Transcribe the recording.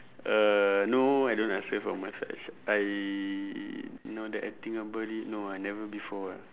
uh no I don't ask her for massage I now that I think about it no ah never before ah